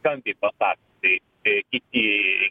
skambiai pasakius tai tai kiti